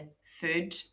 food